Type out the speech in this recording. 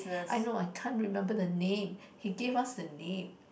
I know I can't remember the name he gave us the name